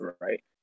right